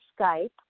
Skype